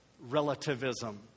relativism